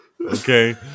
okay